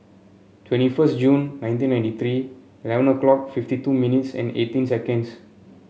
twenty first June nineteen ninety three eleven o'clock fifty two minutes and eighteen seconds